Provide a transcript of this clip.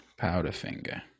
powderfinger